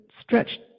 stretched